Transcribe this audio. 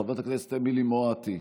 חברת הכנסת אמילי מואטי,